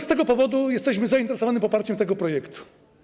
Z tego powodu jesteśmy zainteresowani poparciem tego projektu.